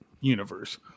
universe